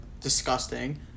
disgusting